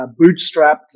bootstrapped